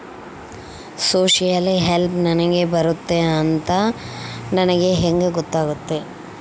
Social help ನನಗೆ ಬರುತ್ತೆ ಅಂತ ನನಗೆ ಹೆಂಗ ಗೊತ್ತಾಗುತ್ತೆ?